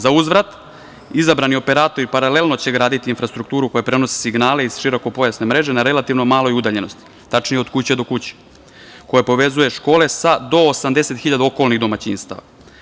Zauzvrat, izabrani operatori paralelno će graditi infrastrukturu koja prenosi signale iz širokopojasne mreže na relativno maloj udaljenosti, tačnije od kuće do kuće, koja povezuje škole do 80 hiljada okolnih domaćinstava.